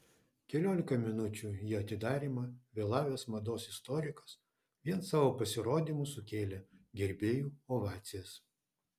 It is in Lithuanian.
keliolika minučių į atidarymą vėlavęs mados istorikas vien savo pasirodymu sukėlė gerbėjų ovacijas